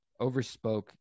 overspoke